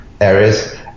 areas